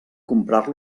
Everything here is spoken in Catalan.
comprar